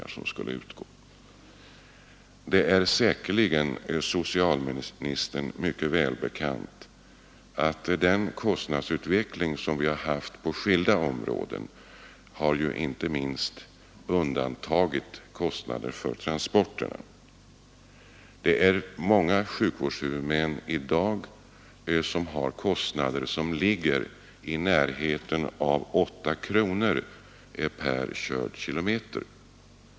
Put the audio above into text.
Det är säkerligen mycket välbekant för socialministern att den kostnadsutveckling som vi har på skilda områden inte minst har träffat kostnaderna för transporterna. Det är många sjukvårdshuvudmän i dag som har kostnader som ligger i närheten av 8 kronor per körd km.